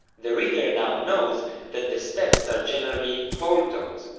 the reader now knows that the steps are generally whole tones,